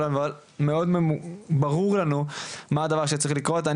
אבל מאוד ברור לנו מה הדבר שצריך לקרות,